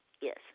yes